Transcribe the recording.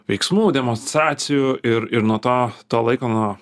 veiksmų demonstracijų ir ir nuo to to laiko nuo